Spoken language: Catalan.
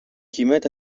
quimet